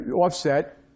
offset